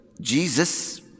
Jesus